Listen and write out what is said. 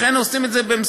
לכן עושים את זה במשורה.